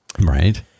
Right